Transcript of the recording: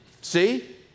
see